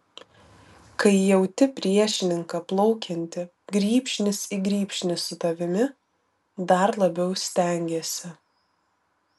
kai jauti priešininką plaukiantį grybšnis į grybšnį su tavimi dar labiau stengiesi